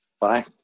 Bye